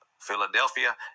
Philadelphia